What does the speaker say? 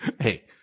Hey